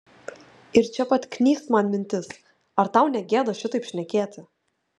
ir čia pat knyst man mintis ar tau negėda šitaip šnekėti